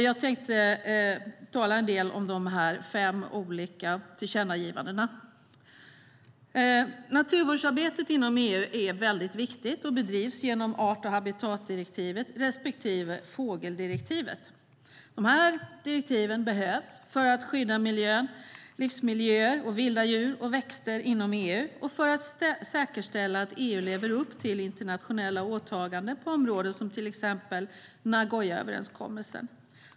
Jag tänkte tala lite om de fem olika tillkännagivandena. Naturvårdsarbetet inom EU är väldigt viktigt och bedrivs genom art och habitatdirektivet respektive fågeldirektivet. Dessa direktiv behövs för skydda livsmiljöer och vilda djur och växter inom EU och för att säkerställa att EU lever upp till internationella åtaganden på området, till exempel Nagoyaöverenskommelsen.